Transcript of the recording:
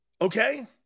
Okay